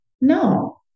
no